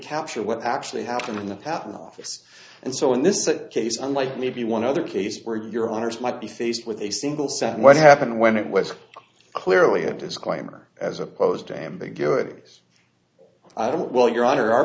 capture what actually happened in the patent office and so in this case unlike maybe one other case where your honors might be faced with a single sound what happened when it was clearly a disclaimer as opposed to ambiguities i don't well your honor our